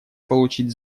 получить